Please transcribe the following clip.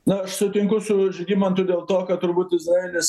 na aš sutinku su žygimantu dėl to kad turbūt izraelis